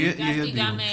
יהיה דיון.